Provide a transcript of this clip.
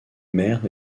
mères